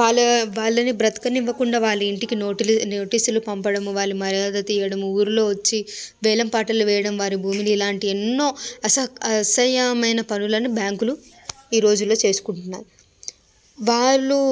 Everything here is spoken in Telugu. వాళ్ళ వాళ్ళని బ్రతకనివ్వకుండా వాళ్ళ ఇంటికి నోట్ నోటీసులు పంపి వాళ్ళ మర్యాదలు తీయడం ఊర్లో వచ్చి వేలంపాటలు వేయడం వాళ్ళ భూమిని ఇలాంటి ఎన్నో అస అసహ్యమైన పనులను బ్యాంకులు ఈరోజుల్లో చేసుకుంటున్నారు వాళ్ళు